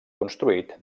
construït